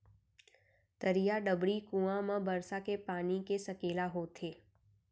तरिया, डबरी, कुँआ म बरसा के पानी के सकेला होथे